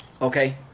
Okay